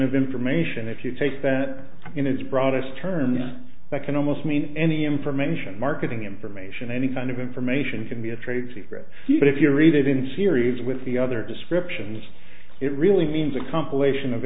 of information if you take that in its broadest terms that can almost mean any information marketing information any kind of information can be a trade secret but if you read it in series with the other descriptions it really means a compilation of